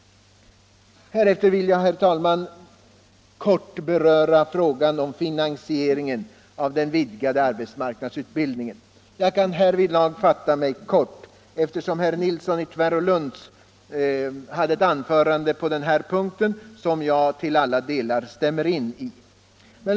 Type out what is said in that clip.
Härefter vill jag, herr talman, beröra frågan om finansieringen av den vidgade arbetsmarknadsutbildningen. Jag kan härvidlag fatta mig kort efter herr Nilssons i Tvärålund anförande, som jag på den här punkten till alla delar instämmer i.